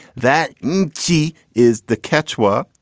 that g is the catchword.